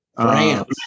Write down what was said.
France